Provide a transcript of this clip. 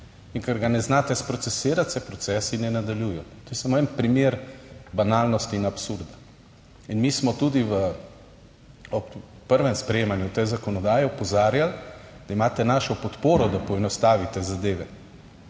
in ker ga ne znate sprocesirati, se procesi ne nadaljujejo. To je samo en primer banalnosti in absurda. In mi smo tudi ob prvem sprejemanju te zakonodaje opozarjali, da imate našo podporo, da poenostavite zadeve,